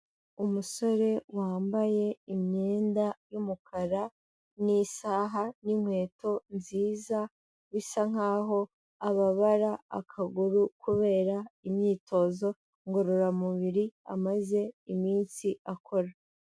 Umusore wambaye imyenda y'umukara n'isaha n'inkweto nziza, bisa nkaho ababara akaguru kubera imyitozo ngororamubiri amaze iminsi akora.